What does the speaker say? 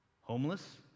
homeless